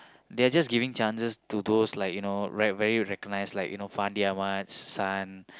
they're just giving chances to those like you know very very recognise like you know Fandi-Ahmad son